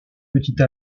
petite